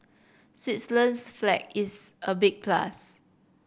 Switzerland's flag is a big plus